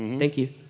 thank you.